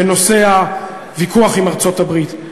בנושא הוויכוח עם ארצות-הברית.